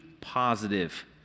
positive